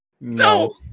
No